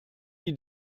die